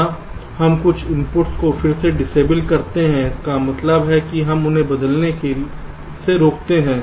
यहां हम कुछ इनपुट्स को फिर से डिसएबल करते हैं इसका मतलब है हम उन्हें बदलने से रोकते हैं